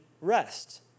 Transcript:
rest